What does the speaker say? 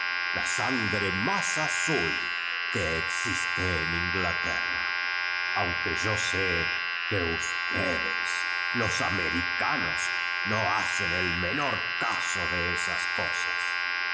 la sangre más azul que existo en inglaterra aunque yo sé que ussedes loa americanos no hacen el menor caso de esas cosas